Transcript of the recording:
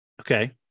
Okay